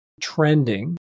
trending